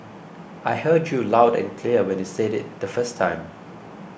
I heard you loud and clear when you said it the first time